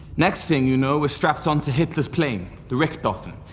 next thing you know, we're strapped on to hitler's plane, the richthofen,